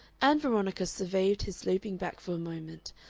ann veronica surveyed his sloping back for a moment,